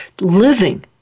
living